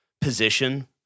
position